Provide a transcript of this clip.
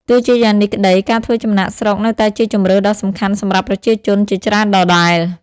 ទោះជាយ៉ាងនេះក្ដី ការធ្វើចំណាកស្រុកនៅតែជាជម្រើសដ៏សំខាន់សម្រាប់ប្រជាជនជាច្រើនដដែល។